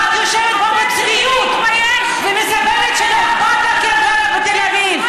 ואת יושבת פה בצביעות ומספרת שלא אכפת לך כי את גרה בתל אביב.